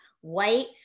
white